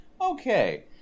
okay